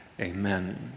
Amen